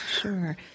Sure